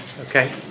Okay